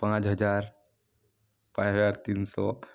ପାଞ୍ଚ ହଜାର ପାଞ୍ଚ ହଜାର ତିନି ଶହ